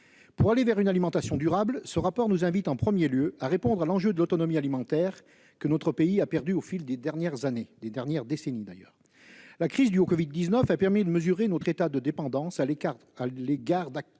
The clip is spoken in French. Pour aller vers une alimentation durable, ce rapport nous invite, en premier lieu, à répondre à l'enjeu de l'autonomie alimentaire que notre pays a perdue au fil des dernières décennies. La crise due au covid-19 a permis de mesurer notre état de dépendance à l'égard d'acteurs